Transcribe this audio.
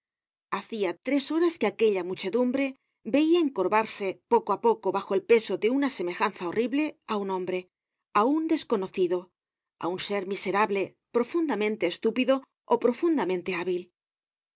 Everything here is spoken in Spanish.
hacia tres horas que aquella muchedumbre veia encorvarse poco á poco bajo el peso de una semejanza horrible á un hombre á un desconocido áun ser miserable profundamente estúpido ó profundamente hábil aquel